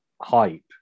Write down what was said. hype